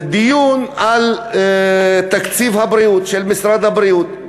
בדיון על תקציב הבריאות, של משרד הבריאות,